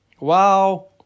Wow